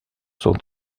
sont